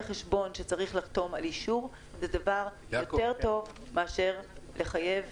חשבון שצריך לחתום על אישור זה דבר יותר טוב מאשר לחייב